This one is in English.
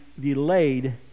delayed